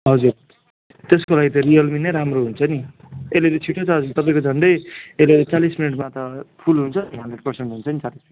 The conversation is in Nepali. हजुर त्यसको लागि त रियलमी नै राम्रो हुन्छ नि यसले त छिट्टो चार्ज तपाईँको झन्डै यसले चालिस मिनटमा त फुल हुन्छ नि हन्ड्रेड पर्सेन्ट हुन्छ नि चालिस